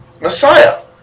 Messiah